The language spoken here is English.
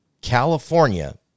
California